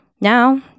Now